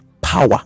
power